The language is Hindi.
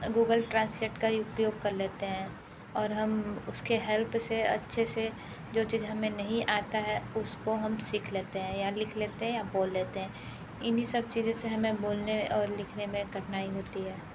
हम गूगल ट्रांसलेट का उपयोग कर लेते हैं और हम उसकी हेल्प से अच्छे से जो चीज़ हमें नहीं आती है उसको हम सीख लेते हैं या लिख लेते हैं या बोल लेते हैं इन्हीं सब चीज़ों से हमें बोलने और लिखने में कठिनाई होती है